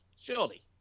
surely